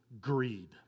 greed